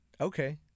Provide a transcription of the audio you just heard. Okay